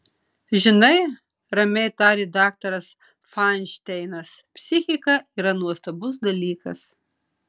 žinai ramiai tarė daktaras fainšteinas psichika yra nuostabus dalykas